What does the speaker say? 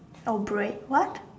oh brave what